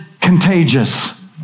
contagious